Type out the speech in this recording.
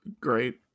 great